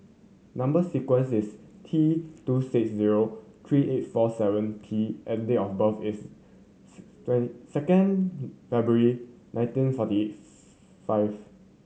number sequence is T two six zero three eight four seven P and date of birth is second February nineteen forty five